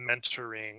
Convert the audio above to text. mentoring